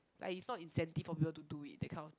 but is not incentive for people to do it that kind of thing